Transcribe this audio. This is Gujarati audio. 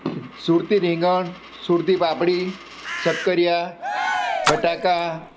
સુરતી રીંગણ સુરતી પાપડી શક્કરિયા બટાકા